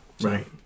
Right